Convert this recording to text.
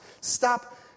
Stop